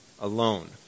Alone